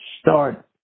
start